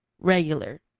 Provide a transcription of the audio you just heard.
regular